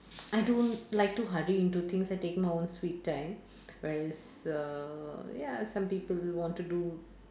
I don't like to hurry into things and take my own sweet time whereas err ya some people want to do